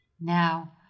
Now